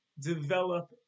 develop